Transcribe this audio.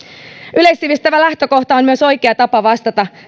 yleissivistävä lähtökohta on myös oikea tapa vastata